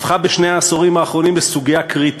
הפכה בשני העשורים האחרונים לסוגיה קריטית.